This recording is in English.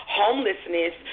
homelessness